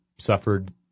suffered